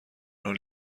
حالی